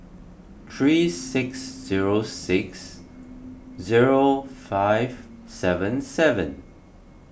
three six zero six zero five seven seven